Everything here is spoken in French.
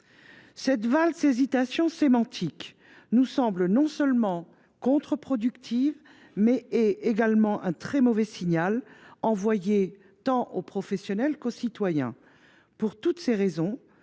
cette valse hésitation sémantique nous semble contre productive, mais elle est également un très mauvais signal envoyé tant aux professionnels qu’à nos concitoyens. Pour toutes ces raisons,